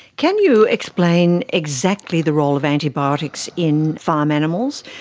can you explain exactly the role of antibiotics in farm animals?